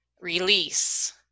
release